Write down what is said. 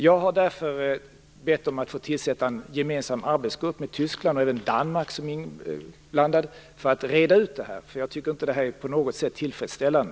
Jag har därför bett om att få tillsätta en gemensam arbetsgrupp med Tyskland och Danmark, som också är inblandade, för att reda ut detta. Jag tycker inte att det på något sätt är tillfredsställande.